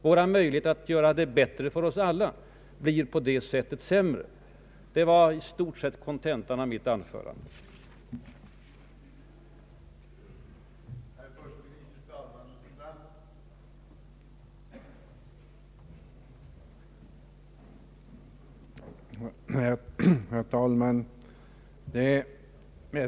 Våra möjligheter att göra det bättre för oss alla blir på det sättet sämre. Detta var i stort sett kontentan av mina synpunkter i detta hänseende.